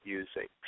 using